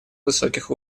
высоких